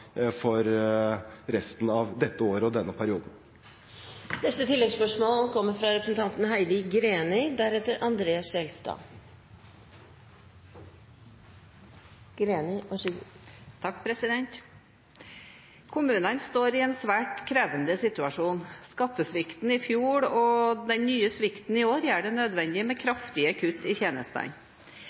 for resten av dette året og denne perioden. Heidi Greni – til oppfølgingsspørsmål. Kommunene står i en svært krevende situasjon. Skattesvikten i fjor og den nye svikten i år gjør det nødvendig med kraftige kutt i tjenestene.